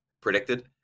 predicted